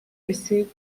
received